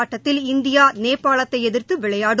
ஆட்டத்தில் இந்தியா நேபாளத்தை எதிர்த்து விளையாடும்